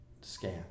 scant